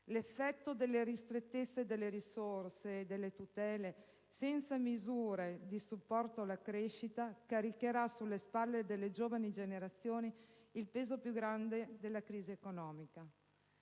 L'effetto delle ristrettezze delle risorse e delle tutele, senza misure di supporto alla crescita, caricherà sulle spalle delle giovani generazioni il peso più grande della crisi economica.